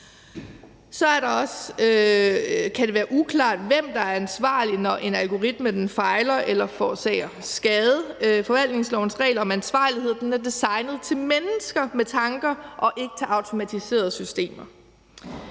Så kan det være uklart, hvem der er ansvarlig, når en algoritme fejler eller forårsager skade. Forvaltningslovens regler om ansvarlighed er designet til mennesker med tanker og ikke til automatiserede systemer.